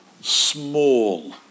small